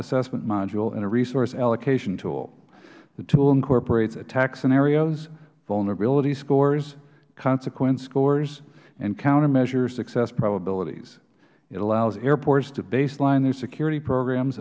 assessment module and a resource allocation tool the tool incorporates attack scenarios vulnerability scores consequence scores and countermeasure success probabilities it allows airports to baseline their security programs